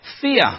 Fear